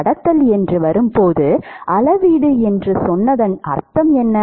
கடத்தல் என்று வரும்போது அளவீடு என்று சொன்னதன் அர்த்தம் என்ன